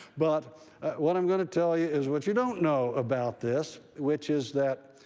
but what i'm going to tell you is what you don't know about this, which is that